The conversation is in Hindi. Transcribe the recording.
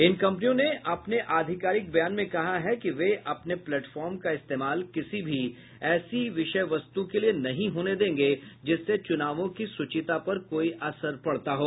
इन कम्ननियों ने अपने आधिकारिक बयान में कहा है कि वे अपने प्लेटफार्म का इस्तेमाल किसी भी ऐसी विषय वस्तु के लिए नहीं होने देंगे जिससे चुनावों की सुचिता पर कोई असर पड़ता हो